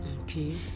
okay